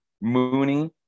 Mooney